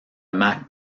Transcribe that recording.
mac